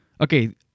Okay